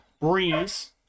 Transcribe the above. Breeze